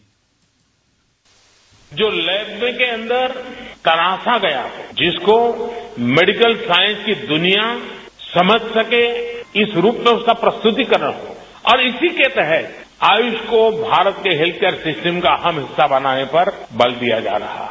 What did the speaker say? bite जो lab के अंदर तराशा गया हो जिसको मेडिकल साइंस की द्रनिया समझ सके इस रूप में उसका प्रस्तुतीकरण हो और इसी के तहत आयुष को भारत के हेल्थ केयर सिस्टम का अहम हिस्सा बनाने पर बल दिया जा रहा है